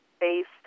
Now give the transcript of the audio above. based